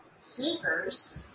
sneakers